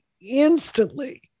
instantly